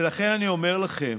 ולכן, אני אומר לכם,